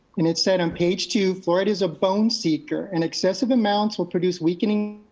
and it said on page two, fluoride is a bone seeker and excessive amounts will produce weakening